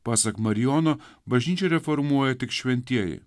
pasak marijonų bažnyčią reformuoja tik šventieji